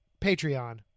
Patreon